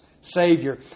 Savior